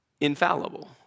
infallible